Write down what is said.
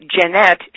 Jeanette